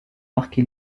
marqué